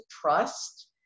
trust